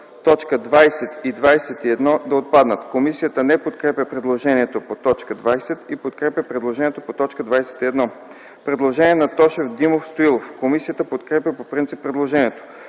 т. 20 и 21 да отпаднат. Комисията не подкрепя предложението по т. 20 и подкрепя предложението по т. 21. Предложение на Тошев, Димов, Стоилов. Комисията подкрепя по принцип предложението.